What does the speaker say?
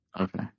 Okay